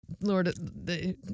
Lord